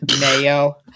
Mayo